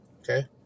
Okay